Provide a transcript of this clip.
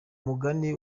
mugani